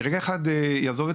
אני רגע ברשות ברשותכם אעזוב את